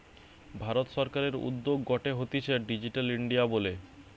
ভারত সরকারের উদ্যোগ গটে হতিছে ডিজিটাল ইন্ডিয়া বলে